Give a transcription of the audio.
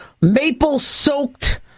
maple-soaked